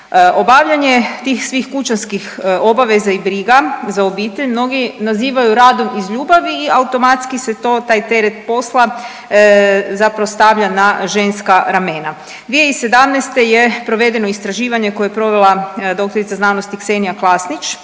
Obavljanje tih svih kućanskih obaveza i briga za obitelj mnogi nazivaju radom iz ljubavi i automatski se to taj teret posla zapravo stavlja na ženska ramena. 2017. je provedeno istraživanje koje je provela dr.sc. Ksenija Klasnić